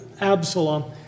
Absalom